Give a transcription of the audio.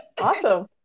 Awesome